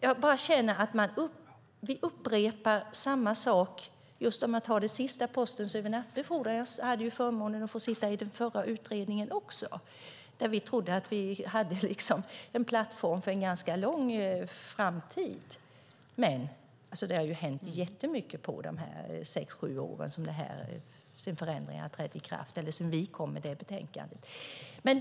Jag hade förmånen att sitta i den förra utredningen också där vi trodde att vi hade en plattform för en ganska lång framtid. Men det har hänt jättemycket på de här sex sju åren sedan vi kom med det betänkandet.